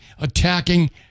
attacking